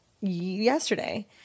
yesterday